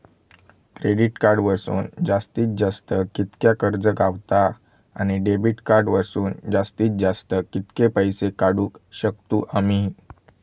Credit card वरसून जास्तीत जास्त कितक्या कर्ज गावता, आणि डेबिट कार्ड वरसून जास्तीत जास्त कितके पैसे काढुक शकतू आम्ही?